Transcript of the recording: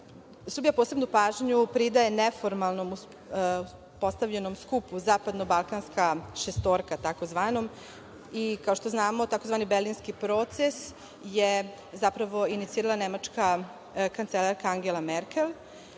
Srbija posebnu pažnju pridaje neformalnom postavljenom skupu zapadno balkanska šestorka, takozvanom, i kao što znamo tzv. Berlinski proces je zapravo inicirala nemačka kancelarka Angela Merkel.